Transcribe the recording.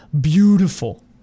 beautiful